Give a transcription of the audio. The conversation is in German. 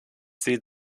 sieht